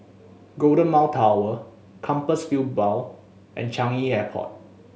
Golden Mile Tower Compassvale Bow and Changi Airport